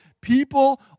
people